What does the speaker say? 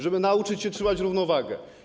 Żeby nauczyć się trzymać równowagę.